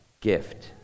gift